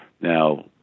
Now